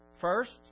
First